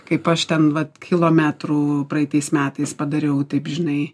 kaip aš ten vat kilometrų praeitais metais padariau taip žinai